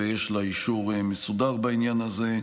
ויש לה אישור מסודר בעניין הזה.